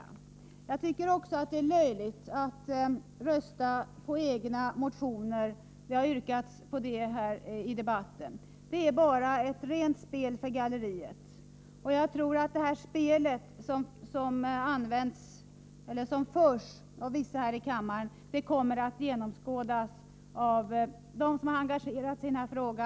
För övrigt tycker jag att det är löjligt att rösta på egna motioner, som det har yrkats på i debatten. Det är bara ett spel för galleriet. Det spel som förs av vissa här i kammaren kommer att genomskådas av de som har engagerat sig i denna fråga.